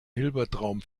hilbertraum